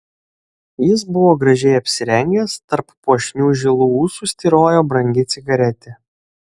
jis buvo gražiai apsirengęs tarp puošnių žilų ūsų styrojo brangi cigaretė